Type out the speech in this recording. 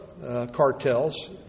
cartels